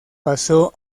pasó